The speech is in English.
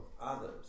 others